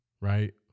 Right